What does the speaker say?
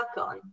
on